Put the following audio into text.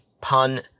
Pun